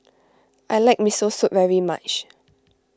I like Miso Soup very much